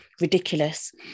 ridiculous